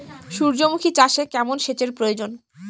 সূর্যমুখি চাষে কেমন সেচের প্রয়োজন?